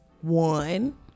one